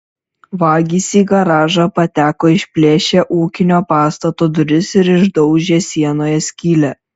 vagys į garažą pateko išplėšę ūkinio pastato duris ir išdaužę sienoje skylę